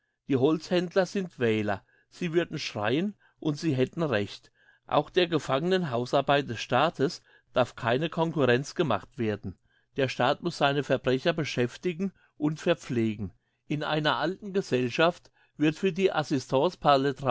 die holzhändler sind wähler sie würden schreien und sie hätten recht auch der gefangenhausarbeit des staates darf keine concurrenz gemacht werden der staat muss seine verbrecher beschäftigen und verpflegen in einer alten gesellschaft wird für die